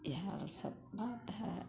इएह सब बात हय